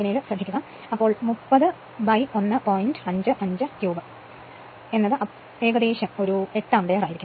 55 ക്യൂബുകൾ വരെ Ia 2 ഏകദേശം 8 ആമ്പിയർ ആയിരിക്കും